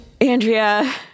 andrea